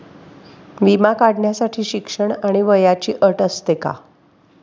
विमा काढण्यासाठी शिक्षण आणि वयाची अट असते का?